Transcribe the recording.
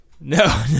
No